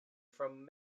from